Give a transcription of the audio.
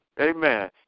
Amen